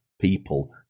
people